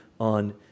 on